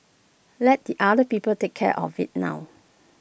let the other people take care of IT now